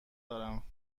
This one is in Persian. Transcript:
دارم